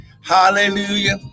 hallelujah